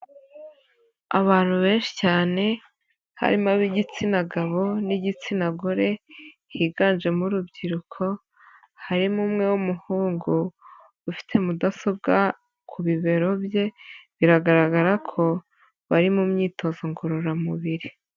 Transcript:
Abantu benshi cyane, harimo ab'igitsina gabo n'igitsina gore, higanjemo urubyiruko, harimo umwe w'umuhungu, ufite mudasobwa ku bibero bye, biragaragara ko bari mu myitozo ngororamubiri.